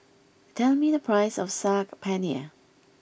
tell me the price of Saag Paneer